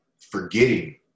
forgetting